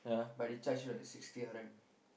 but they charge you like sixty R_M